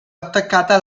attaccata